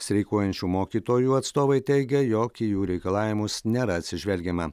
streikuojančių mokytojų atstovai teigia jog į jų reikalavimus nėra atsižvelgiama